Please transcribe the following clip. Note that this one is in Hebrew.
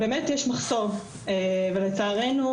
שיש בעיה בישראל בכמות ובאיכות התארים.